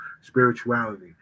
spirituality